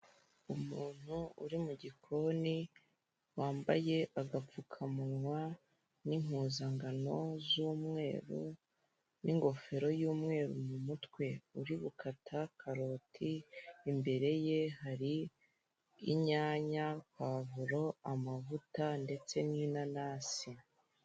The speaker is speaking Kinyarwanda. Umuntu uri mu gikoni wambaye agapfukamunwa n'impuzangano z'umweru, n'ingofero y'umweru mu mutwe uri gukata karoti, imbere ye hari inyanya, pavuro, amavuta ndetse n'inanasi.